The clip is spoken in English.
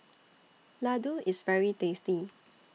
Ladoo IS very tasty